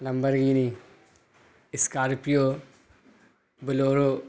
Lamborghini scorpio bolero